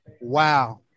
Wow